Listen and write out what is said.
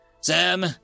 Sam